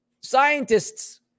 scientists